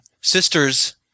sisters